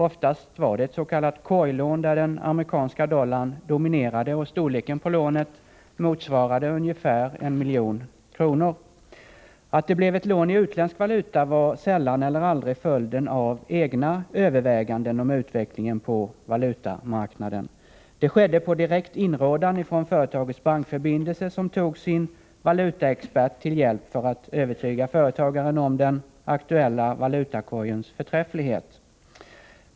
Oftast var det ett s.k. korglån där den amerikanska dollarn dominerade, och storleken på lånet motsvarade ungefär 1 milj.kr. Att det blev ett lån i utländsk valuta var sällan eller aldrig följden av egna överväganden om utvecklingen på valutamarknaden. Det skedde på direkt inrådan från företagets bankförbindelse, som tog sin valutaexpert till hjälp för att övertyga företagaren om den aktuella valutakorgens förträfflighet.